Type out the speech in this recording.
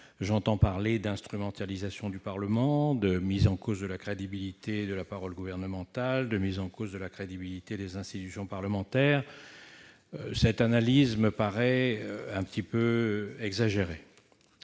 J'entends parler d'instrumentalisation du Parlement, de mise en cause de la crédibilité de la parole gouvernementale ou de celle des institutions parlementaires. Cette analyse me paraît quelque peu exagérée.